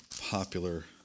popular